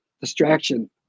distraction